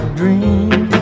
dream